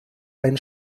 einen